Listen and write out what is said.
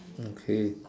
okay